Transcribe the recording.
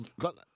got